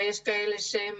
יש כאלה שהם